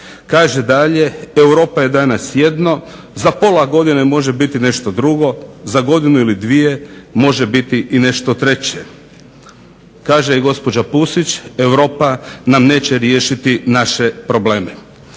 Kaže dalje, Europa je danas jedno, za pola godine može biti nešto drugo, za godinu ili dvije može biti nešto treće. Kaže gospođa Pusić "Europa nam neće riješiti naše probleme".